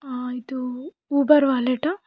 ಇದು ಉಬರ್ ವಾಲೆಟಾ